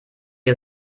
wir